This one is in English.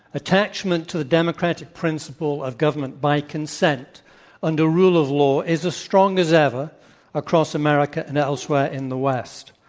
attachment to the democratic principle of government by consent under rule of law is as strong as ever across america and elsewhere in the west.